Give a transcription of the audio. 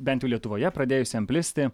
bent lietuvoje pradėjus jam plisti